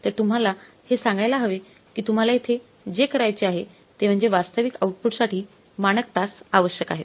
तर तुम्हाला हे सांगायला हवे की तुम्हाला येथे जे करायचे आहे ते म्हणजे वास्तविक आउटपुटसाठी मानक तास आवश्यक आहेत